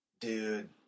Dude